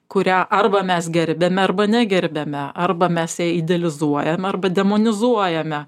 kurią arba mes gerbiame arba negerbiame arba mes ją idealizuojame arba demonizuojame